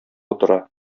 утыра